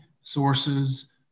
sources